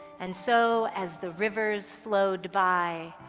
and so, as the rivers flowed by,